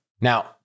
Now